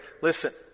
Listen